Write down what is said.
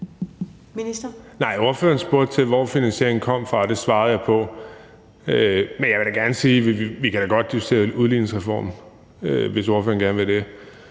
Bek): Nej, ordføreren spurgte til, hvor finansieringen kom fra, og det svarede jeg på. Men jeg vil da gerne sige, at vi kan diskutere en udligningsreform, hvis ordføreren gerne vil det,